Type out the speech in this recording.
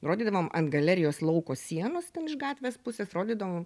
rodydavom ant galerijos lauko sienos ten iš gatvės pusės rodydavom